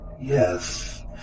yes